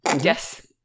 yes